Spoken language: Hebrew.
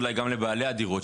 אולי לבעלי הדירות,